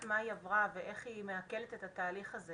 מה היא עברה ואיך היא מעקלת את התהליך הזה